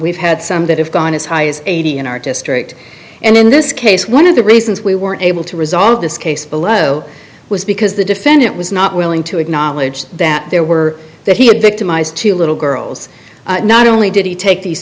we've had some that have gone as high as eighty an artist raped and in this case one of the reasons we weren't able to resolve this case below was because the defendant was not willing to acknowledge that there were that he had victimized two little girls not only did he take these